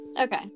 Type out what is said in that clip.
okay